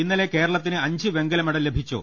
ഇന്നലെ കേരളത്തിന് അഞ്ച് വെങ്കല മെഡൽ ലഭിച്ചു